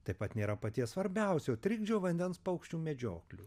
taip pat nėra paties svarbiausio trikdžio vandens paukščių medžioklių